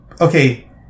okay